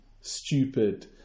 stupid